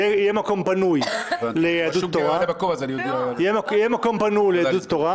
אתה לא תוכל להכריז על זה במליאה אם לא יודיעו לך קודם על זה.